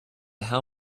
how